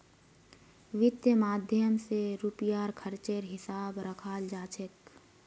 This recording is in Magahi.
वित्त माध्यम स रुपयार खर्चेर हिसाब रखाल जा छेक